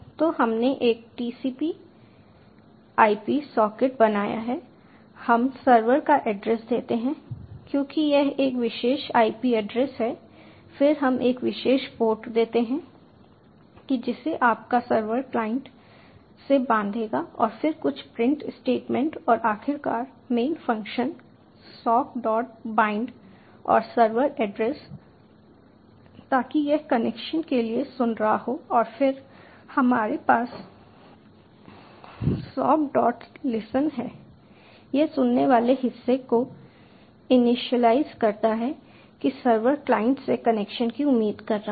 तो हमने एक TCPIP सॉकेट बनाया है हम सर्वर का एड्रेस देते हैं क्योंकि यह एक विशेष आईपी एड्रेस है फिर हम एक विशेष पोर्ट देते हैं कि जिससे आपका सर्वर क्लाइंट से बंधेगा और सिर्फ कुछ प्रिंट स्टेटमेंट और आखिरकार main function sock dot bind और सर्वर एड्रेस ताकि यह कनेक्शन के लिए सुन रहा हो और फिर हमारे पास सॉक डॉट लिसन है यह सुनने वाले हिस्से को इनिशियलाइज़ करता है कि सर्वर क्लाइंट से कनेक्शन की उम्मीद कर रहा है